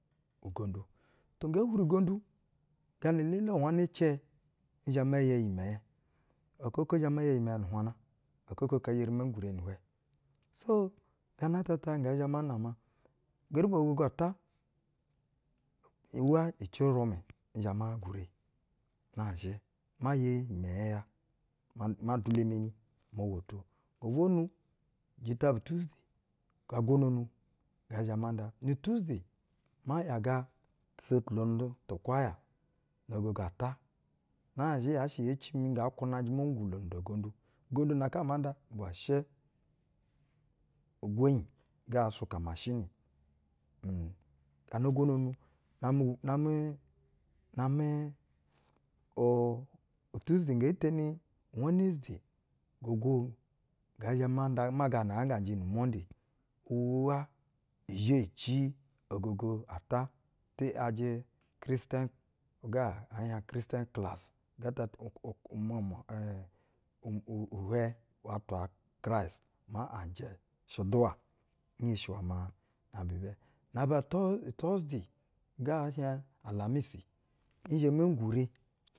Ugondu, to, nge hwuri ugondu, gana elele unwana cɛ nzhɛ ma ya iyimɛnyɛ. Aka oko nzhɛ ma ya iyimɛnyɛ nu nhwana, aka oko kaa n eri me gwure ni-ihwɛ. Nu gana ata, gana ata ta ngɛ zhɛ ma nama. Geri ba ogogo ata uwa ici-urwumɛ nzhɛ me gwure na zhɛ ma ya yimɛnyɛ ya, ma, ma dwula meni mo woto. Gobonu jita bu utuzde, gaa go nonu ngɛ zhɛ ma nda. Nu-utuzde, ma ‘yaga tusotulonu tu ukwaya no ogogo ata, nazhɛ yaa shɛ yee cimi nga kwunanjɛ mo gwulo nu-da-ugondu. Ugonyi gə əə suka umashini um, gana go nonu namɛ, namɛ, namɛ o utuzde nge teni iwɛnɛzde, ga go ngɛ zhɛ ma nda maa gaa na nga nga njɛ nu-umonde uwa izhe ci ogogo ata ti ‘yajɛ kristen uga ɛɛ hieŋ kristen klas ugɛtɛ aa umwamwa en uu, uhwɛ wa atwa kraist maa anjɛ shɛduwa. Nhenshi iwɛ maa na aba ibɛ- na aba twoz- utwozde uga ɛɛ hieŋ alamis, nzhɛ me gwure.